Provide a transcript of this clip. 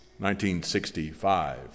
1965